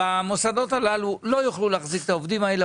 במוסדות הללו לא יוכלו להחזיק את העובדים האלה;